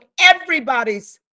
everybody's